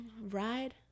Ride